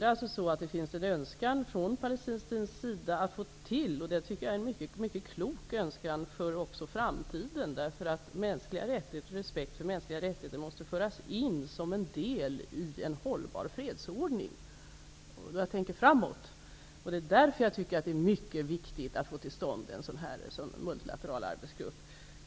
Det finns alltså en önskan från palestinsk sida, en mycket klok önskan också för framtiden, därför att respekten för de mänskliga rättigheterna måste föras in som en del i en hållbar fredsordning. Jag tänker framåt, och det är därför som jag tycker att det är mycket viktigt att få till stånd en multilateral arbetsgrupp.